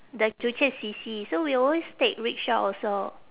the joo chiat C_C so we always take rickshaw also